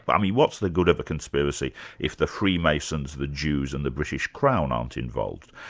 but i mean what's the good of a conspiracy if the freemasons, the jews and the british crown aren't involved?